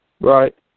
right